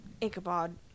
Ichabod